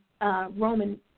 Roman